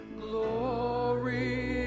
glory